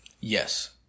Yes